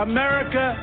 America